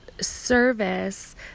service